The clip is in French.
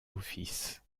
office